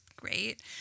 great